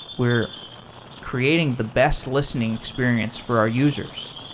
we're creating the best listening experience for our users,